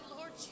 Lord